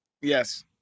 Yes